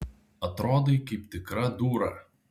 atrodai kaip tikra dūra